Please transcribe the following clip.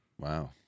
Wow